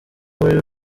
muri